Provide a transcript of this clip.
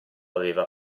aveva